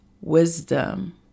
wisdom